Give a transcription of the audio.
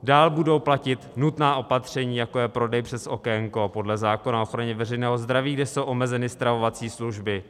Dále budou platit nutná opatření, jako je prodej přes okénko podle zákona o ochraně veřejného zdraví, kde jsou omezeny stravovací služby.